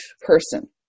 person